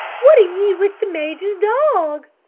what do ye with the major's dog?